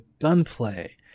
gunplay